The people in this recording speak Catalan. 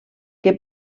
que